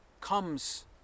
comes